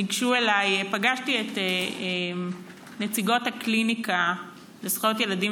פגשתי את נציגות הקליניקה לזכויות ילדים